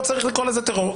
לא צריך לקרוא לזה טרור.